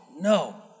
no